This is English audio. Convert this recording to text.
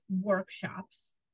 workshops